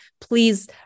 please